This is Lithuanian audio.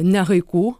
ne haiku